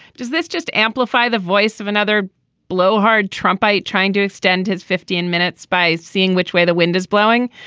does this just amplify the voice of another blowhard trump by trying to extend his fifteen minutes by seeing which way the wind is blowing.